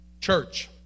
church